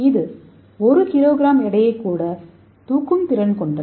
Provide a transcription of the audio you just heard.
இது 1 கிலோகிராம் எடையை கூட தூக்கும் திறன் கொண்டது